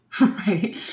right